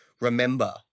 remember